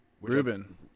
Ruben